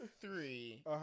three